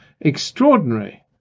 extraordinary